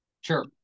Sure